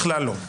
בכלל לא.